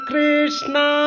Krishna